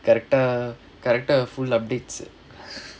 character character full updates